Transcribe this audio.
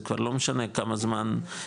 זה כבר לא משנה כמה זמן,